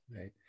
Right